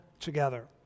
together